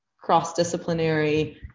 cross-disciplinary